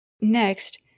Next